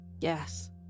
Yes